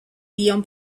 lions